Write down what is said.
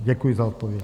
Děkuji za odpověď.